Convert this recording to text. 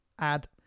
add